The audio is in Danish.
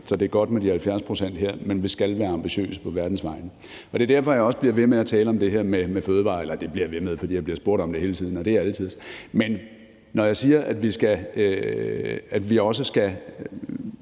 Så det er godt med de 70 pct. her, men vi skal være ambitiøse på verdens vegne. Det er derfor, jeg også bliver ved med at tale om det her med fødevarer – eller det bliver jeg ved med, fordi jeg bliver spurgt om det hele tiden, og det er alle tiders. Men når jeg siger, at vi også skal